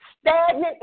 stagnant